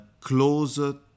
close